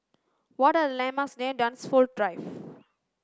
what are the landmarks near Dunsfold Drive